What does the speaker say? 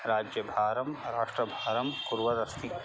राज्यभारं राष्ट्रभारं कुर्वनस्ति